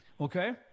Okay